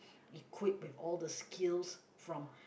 equipped with all the skills from